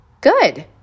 good